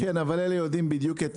אלה יודעים בדיוק.